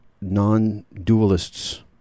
non-dualists